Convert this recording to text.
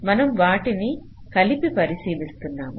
మనం వాటిని కలిపి పరిశీలిస్తున్నాము